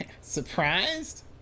Surprised